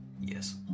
yes